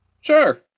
Sure